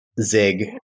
Zig